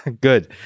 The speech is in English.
Good